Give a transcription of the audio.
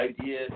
idea